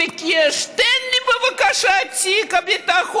וביקש: תן לי בבקשה את תיק הביטחון.